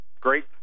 Great